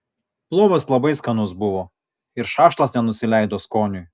plovas labai skanus buvo ir šašlas nenusileido skoniui